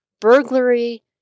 Burglary